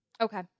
Okay